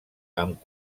amb